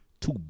two